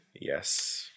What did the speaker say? Yes